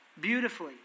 beautifully